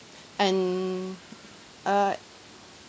and uh